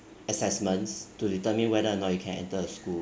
assessments to determine whether or not you can enter a school